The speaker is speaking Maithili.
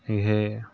इहै